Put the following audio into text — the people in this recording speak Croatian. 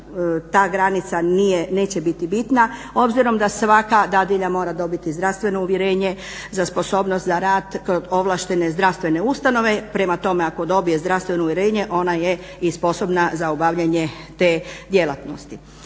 ta granica neće biti bitna obzirom da svaka dadilja mora dobiti zdravstveno uvjerenje za sposobnost za rad kod ovlaštene zdravstvene ustanove. Prema tome, ako dobije zdravstveno uvjerenje ona je i sposobna za obavljanje te djelatnosti.